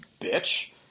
bitch